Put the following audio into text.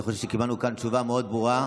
אני חושב שקיבלנו כאן תשובה מאוד ברורה,